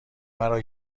مرا